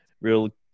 real